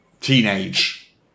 teenage